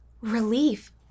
relief